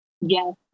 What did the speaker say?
yes